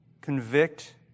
convict